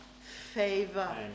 favor